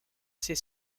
ses